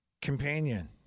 companion